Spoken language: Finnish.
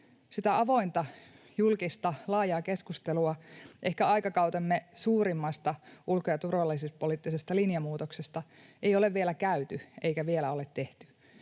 Sitä avointa, julkista, laajaa keskustelua ehkä aikakautemme suurimmasta ulko- ja turvallisuuspoliittisesta linjamuutoksesta ei ole vielä käyty eikä vielä ole tehty,